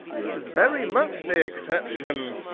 this is very much the exception.